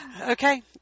Okay